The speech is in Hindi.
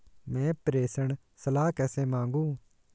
मैं प्रेषण सलाह कैसे मांगूं?